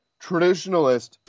traditionalist